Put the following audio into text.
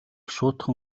шуудхан